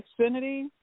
xfinity